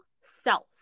self